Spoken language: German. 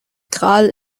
gral